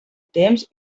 temps